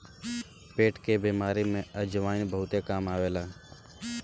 पेट के बेमारी में अजवाईन बहुते काम करेला